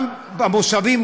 גם במושבים.